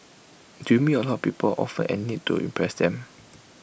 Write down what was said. do you meet A lot of people often and need to impress them